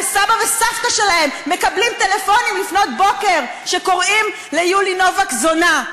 וסבא וסבתא שלהם מקבלים טלפונים לפנות בוקר שקוראים ליולי נובק זונה.